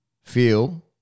feel